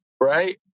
right